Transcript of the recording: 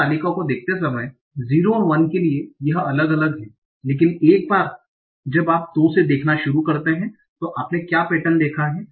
इस तालिका को देखते समय 0 और 1 के लिए यह अलग है लेकिन एक बार जब आप 2 से देखना शुरू करते हैं तो आपने क्या पैटर्न देखा है